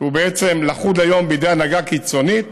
והוא בעצם לכוד היום בידי הנהגה קיצונית